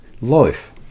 life